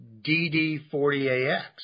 DD40AX